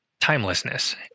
timelessness